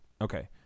okay